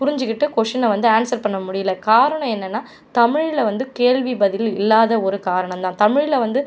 புரிஞ்சிக்கிட்டு கொஷ்ஷினை வந்து ஆன்சர் பண்ண முடியல காரணம் என்னென்னா தமிழில் வந்து கேள்வி பதில் இல்லாத ஒரு காரணம் தான் தமிழில் வந்து